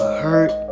hurt